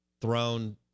thrown